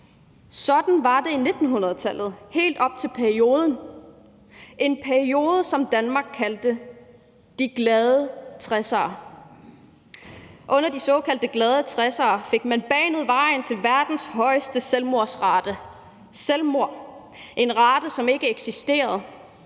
Sådan var det i 1900-tallet, helt op til den periode, som Danmark kaldte de glade 60'ere. Under de såkaldt glade 60'ere fik man banet vejen til verdens højeste selvmordsrate – en rate, som ikke eksisterede.